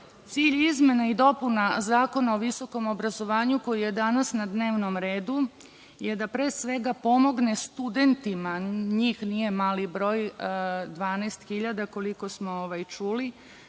izmena i dopuna Zakona o visokom obrazovanju koji je danas na dnevnom redu je da pre svega pomogne studentima, a njih nije mali broj, 12.000 koliko smo čuli,